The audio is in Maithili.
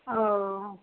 ओ